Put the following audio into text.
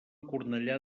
cornellà